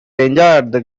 enjoyed